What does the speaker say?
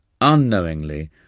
Unknowingly